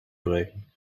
breken